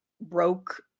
broke